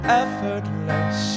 effortless